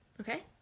okay